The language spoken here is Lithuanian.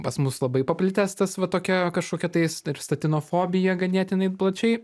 pas mus labai paplitęs tas va tokia kažkokia tais statinofobija ganėtinai plačiai